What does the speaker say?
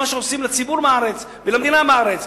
במה שעושים לציבור בארץ ולמדינה בארץ.